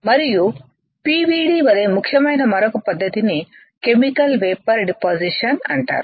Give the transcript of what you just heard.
మరియు పివిడి వలె ముఖ్యమైన మరొక పద్ధతిని కెమికల్ వేపర్ డిపాసిషన్ అంటారు